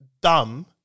dumb